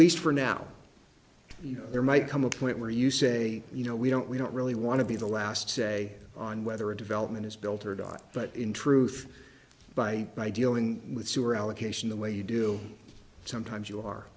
least for now you know there might come a point where you say you know we don't we don't really want to be the last say on whether a development is built or dot but in truth by by dealing with sewer allocation the way you do sometimes you are